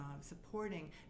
supporting